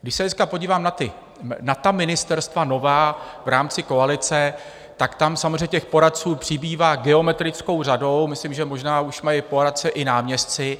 Když se dneska podívám na ta ministerstva nová v rámci koalice, tam samozřejmě těch poradců přibývá geometrickou řadou, myslím, že možná už mají poradce i náměstci.